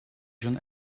schon